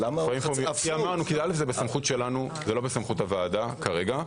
כי זה בסמכות שלנו ולא בסמכות הוועדה כרגע.